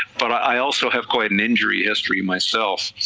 but i also have quite an injury history myself,